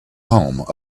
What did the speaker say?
home